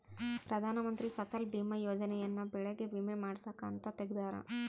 ಪ್ರಧಾನ ಮಂತ್ರಿ ಫಸಲ್ ಬಿಮಾ ಯೋಜನೆ ಯನ್ನ ಬೆಳೆಗೆ ವಿಮೆ ಮಾಡ್ಸಾಕ್ ಅಂತ ತೆಗ್ದಾರ